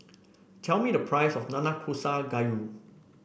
tell me the price of Nanakusa Gayu